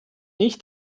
nicht